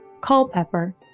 Culpepper